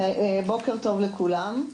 בוקר טוב לכולם,